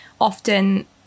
often